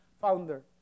founder